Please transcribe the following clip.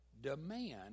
demand